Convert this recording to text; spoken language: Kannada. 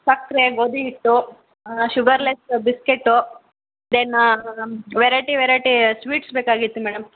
ಸಕ್ಕರೆ ಗೋಧಿ ಹಿಟ್ಟು sugarless biscuit then variety variety sweets ಬೇಕಾಗಿತ್ತು ಮೇಡಮ್